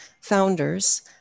founders